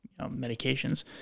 medications